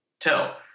tell